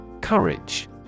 Courage